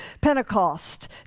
Pentecost